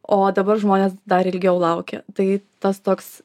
o dabar žmonės dar ilgiau laukia tai tas toks